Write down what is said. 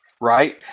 right